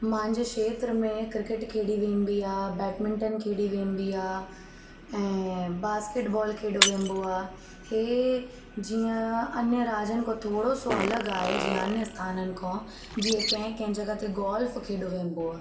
मुंहिंजे क्षेत्र में क्रिकेट खेॾी वञिबी आहे बैडमिंटन खेॾी वञिबी आहे ऐं बास्केट बॉल खेॾो वञिबो आहे हे जीअं अन्य राज्यनि खां थोरो सो अलॻि आहे जीअं अन्य स्थानानि खां जीअं कंहिं कंहिं जॻहि ते गॉल्फ़ खेॾो वञिबो आहे